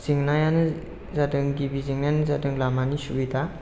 जेंनायानो जादों गिबि जेंनायानो जादों लामानि सुबिदा